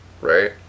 right